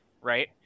Right